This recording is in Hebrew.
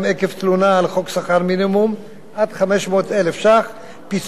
על חוק שכר מינימום עד 500,000 ש"ח פיצוי לדוגמה,